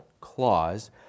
clause